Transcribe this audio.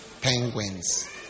Penguins